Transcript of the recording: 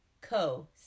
Co